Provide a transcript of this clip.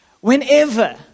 Whenever